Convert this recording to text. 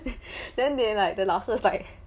then they like the 老师 was like